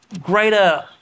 greater